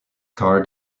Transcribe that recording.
card